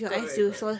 correct correct